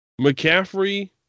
McCaffrey